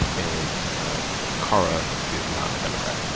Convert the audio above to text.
and kara is not a democrat